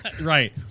Right